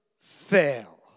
fail